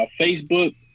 Facebook